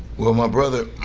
well, my brother,